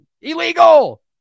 illegal